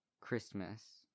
Christmas